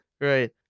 right